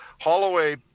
holloway